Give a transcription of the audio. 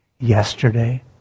yesterday